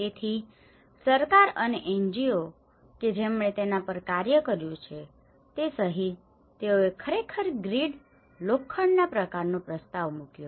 તેથી સરકાર અને NGO કે જેમણે તેના પર કામ કર્યું છે તે સહિત તેઓએ ખરેખર ગ્રીડ લોખંડના પ્રકારનો પ્રસ્તાવ મૂક્યો